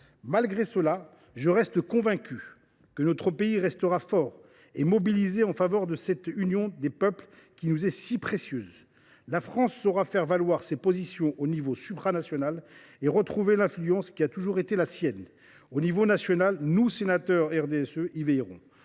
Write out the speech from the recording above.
Malgré cela, je reste convaincu que notre pays restera fort et mobilisé en faveur de cette union des peuples qui nous est si précieuse. La France saura faire valoir ses positions à l’échelon supranational et retrouver l’influence qui a toujours été la sienne. À l’échelle nationale, nous, sénateurs du groupe du RDSE, y veillerons.